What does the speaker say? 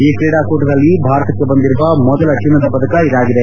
ಈ ಕ್ರೀಡಾಕೂಟದಲ್ಲಿ ಭಾರತಕ್ಕೆ ಬಂದಿರುವ ಮೊದಲ ಚಿನ್ನದ ಪದಕ ಇದಾಗಿದೆ